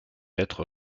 être